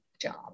Job